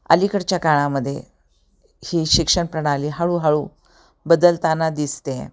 अलीकडच्या काळामध्ये ही शिक्षण प्रणाली हळूहळू बदलताना दिसते